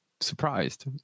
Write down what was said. surprised